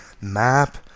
Map